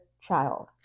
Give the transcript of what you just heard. child